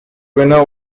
winner